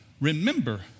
remember